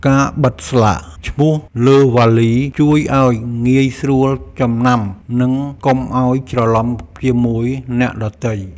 ការបិទស្លាកឈ្មោះលើវ៉ាលី ជួយឱ្យងាយស្រួលចំណាំ និងកុំឱ្យច្រឡំជាមួយអ្នកដទៃ។